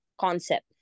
concept